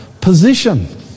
position